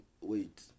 Wait